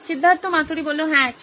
সিদ্ধার্থ মাতুরি হ্যাঁ ঠিক